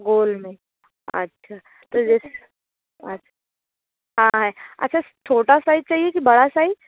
गोल में अच्छा तो जैसे हाँ है अच्छा छोटा साइज चाहिए कि बड़ा साइज